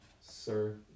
sir